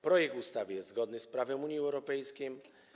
Projekt ustawy jest zgodny z prawem Unii Europejskiej.